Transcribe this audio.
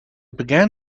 began